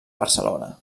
barcelona